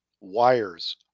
wires